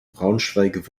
braunschweig